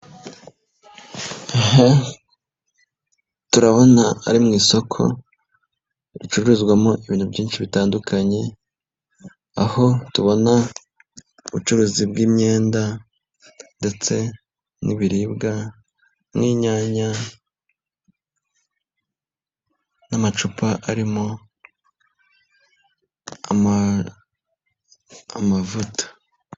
Aha turabona ari mu isoko ricuruzwamo ibintu byinshi bitandukanye, aho tubona ubucuruzi bw'imyenda ndetse n'ibiribwa, nk'inyanya, n'amacupa arimo amavuta.